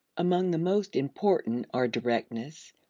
among the most important are directness,